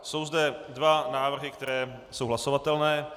Jsou zde dva návrhy, které jsou hlasovatelné.